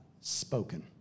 spoken